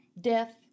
Death